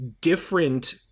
different